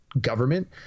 government